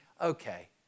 okay